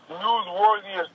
newsworthy